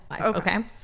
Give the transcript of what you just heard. Okay